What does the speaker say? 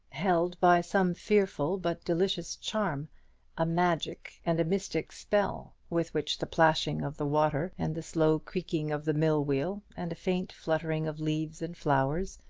held by some fearful but delicious charm a magic and a mystic spell with which the plashing of the water, and the slow creaking of the mill-wheel, and a faint fluttering of leaves and flowers,